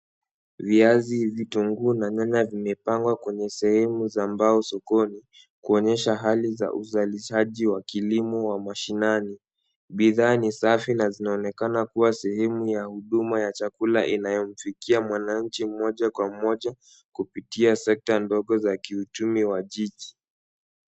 Viazi, vitunguu na nyanya vimepangwa kwenye sehemu za mbao sokoni, kuonyesha hali za uzalishaji wa kilimo wa mashinani. Bidhaa ni safi na zinaonekana kuwa sehemu ya huduma ya chakula inayomfikia mwananchi mmoja kwa mmoja, kupitia sekta ndogo za kiuchumi wa jiji.